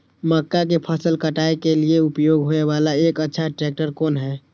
मक्का के फसल काटय के लिए उपयोग होय वाला एक अच्छा ट्रैक्टर कोन हय?